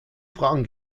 fragen